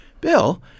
Bill